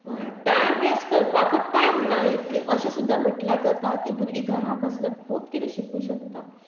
time waste करपाकूच time ना इतले अशें सुद्दां म्हटल्यार जाता की भुरगीं घरा बसल्या खूब कितें शिकूं शकता